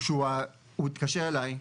הוא התקשר אליי.